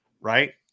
right